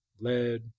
lead